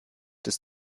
des